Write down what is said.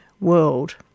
world